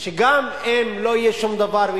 שגם אם לא יהיה שום דבר,